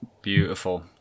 beautiful